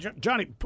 Johnny